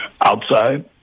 outside